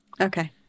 Okay